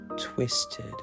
twisted